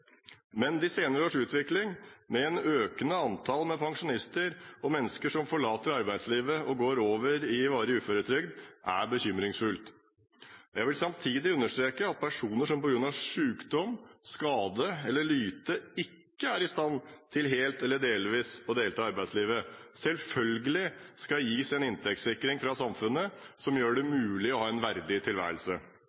Men de senere års utvikling, med et økende antall pensjonister og mennesker som forlater arbeidslivet og går over i varig uføretrygd, er bekymringsfull. Jeg vil samtidig understreke at personer som på grunn av sykdom, skade eller lyte ikke er i stand til helt eller delvis å delta i arbeidslivet, selvfølgelig skal gis en inntektssikring fra samfunnet som gjør det